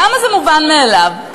למה זה מובן מאליו?